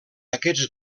aquests